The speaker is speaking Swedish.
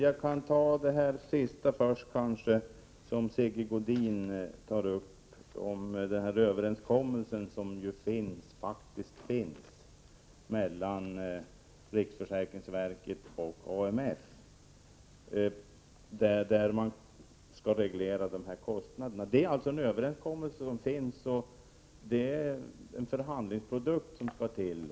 Fru talman! Sigge Godin tog upp den överenskommelse som faktiskt finns mellan riksförsäkringsverket och AMF om att reglera de här kostnaderna. Det är en överenskommelse som finns, och det är bara en förhandlingsprodukt som skall till.